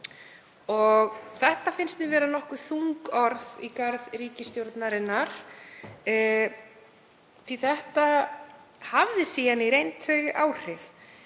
Þetta finnst mér vera nokkuð þung orð í garð ríkisstjórnarinnar því að þetta hafði síðan í reynd þau áhrif